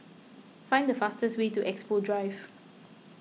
find the fastest way to Expo Drive